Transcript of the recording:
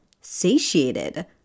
satiated